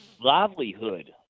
livelihood